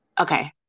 Okay